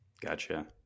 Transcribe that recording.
Gotcha